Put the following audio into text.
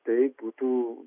tai būtų